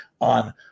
on